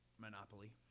monopoly